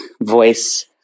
voice